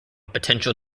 potential